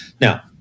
now